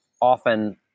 often